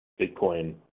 Bitcoin